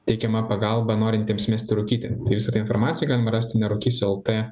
teikiama pagalba norintiems mesti rūkyti tai visą informaciją galime rasti nerūkysiu lt